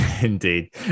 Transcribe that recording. Indeed